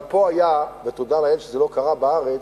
אבל פה היה, ותודה לאל שזה לא קרה בארץ,